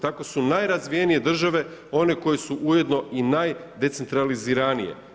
Tako su najrazvijenije države one koje su ujedno i najdecentraliziranije.